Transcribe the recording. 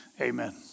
amen